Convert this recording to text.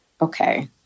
okay